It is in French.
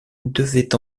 devait